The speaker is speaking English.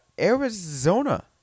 Arizona